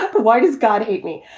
but but why does god hate me?